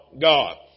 God